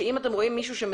שאם אתם רואים שמצלם,